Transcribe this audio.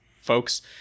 folks